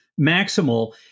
maximal